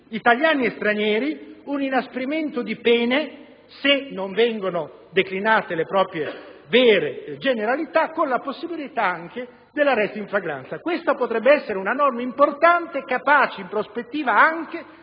italiani e stranieri, un inasprimento di pena se non viene dichiarata la propria identità con la possibilità anche dell'arresto in flagranza. Questa potrebbe essere una norma importante, capace in prospettiva anche